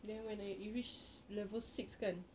then when I it reach level six kan